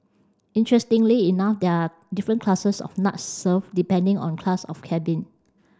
interestingly enough there are different classes of nuts served depending on class of cabin